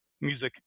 music